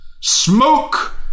Smoke